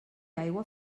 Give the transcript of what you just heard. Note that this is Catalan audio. aigua